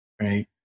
right